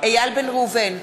איל בן ראובן,